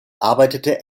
arbeitete